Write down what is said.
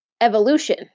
evolution